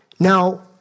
Now